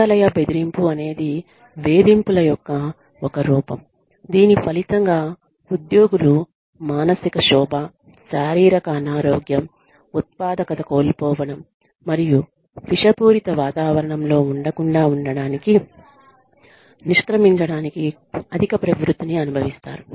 కార్యాలయ బెదిరింపు అనేది వేధింపుల యొక్క ఒక రూపం దీని ఫలితంగా ఉద్యోగులు మానసిక క్షోభ శారీరక అనారోగ్యం ఉత్పాదకత కోల్పోవడం మరియు విషపూరిత వాతావరణంలో ఉండకుండా ఉండటానికి నిష్క్రమించడానికి అధిక ప్రవృత్తిని అనుభవిస్తారు